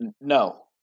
No